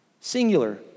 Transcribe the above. singular